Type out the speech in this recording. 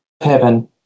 heaven